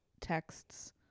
texts